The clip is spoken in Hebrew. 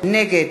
נגד